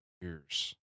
years